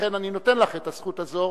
ולכן אני נותן לך את הזכות הזו,